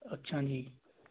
ਅੱਛਾ ਜੀ